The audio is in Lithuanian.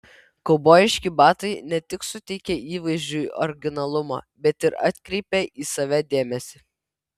kaubojiški batai ne tik suteikia įvaizdžiui originalumo bet ir atkreipia į save dėmesį